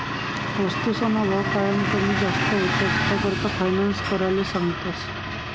वस्तूसना भाव कायम कमी जास्त व्हतंस, त्याकरता फायनान्स कराले सांगतस